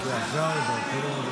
תיזהר.